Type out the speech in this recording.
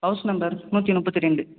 house number நூற்றி முப்பத்து ரெண்டு